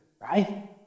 right